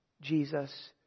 Jesus